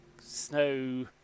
snow